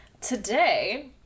Today